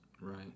right